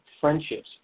friendships